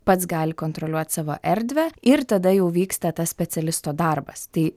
pats gali kontroliuot savo erdvę ir tada jau vyksta tas specialisto darbas tai